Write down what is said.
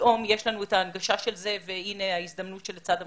שפתאום יש לנו את ההנגשה של זה והנה ההזדמנות שלצד המשבר,